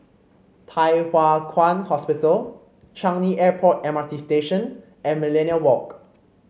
Thye Hua Kwan Hospital Changi Airport M R T Station and Millenia Walk